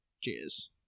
Cheers